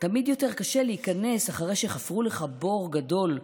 תמיד יותר קשה להיכנס אחרי שחפרו לך בור גדול,